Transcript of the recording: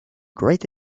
great